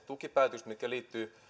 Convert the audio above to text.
tukipäätöksissä mitkä liittyvät